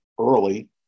early